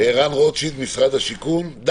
צריך לדבר עם השלטון המקומי.